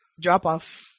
drop-off